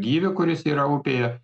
gyvį kuris yra upėje